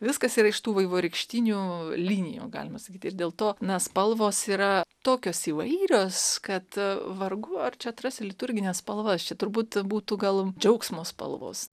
viskas yra iš tų vaivorykštinių linijų galima sakyt ir dėl to na spalvos yra tokios įvairios kad vargu ar čia atrasi liturgines spalvas čia turbūt būtų gal džiaugsmo spalvos